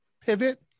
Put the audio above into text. pivot